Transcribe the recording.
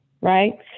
right